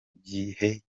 gihe